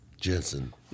Jensen